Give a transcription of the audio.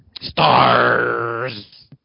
Stars